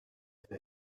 they